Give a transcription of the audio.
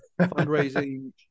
fundraising